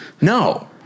No